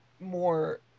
more